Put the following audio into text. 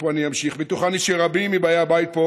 ופה אני אמשיך: בטוחני שרבים מבאי הבית פה